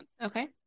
okay